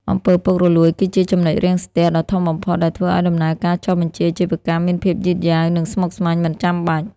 អំពើពុករលួយ គឺជា ចំណុចរាំងស្ទះ ដ៏ធំបំផុតដែលធ្វើឱ្យដំណើរការចុះបញ្ជីអាជីវកម្មមានភាពយឺតយ៉ាវ និងស្មុគស្មាញមិនចាំបាច់។